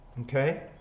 okay